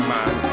Man